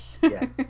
Yes